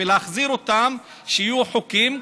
ולהחזיר אותם שיהיו חוקיים,